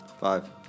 Five